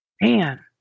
man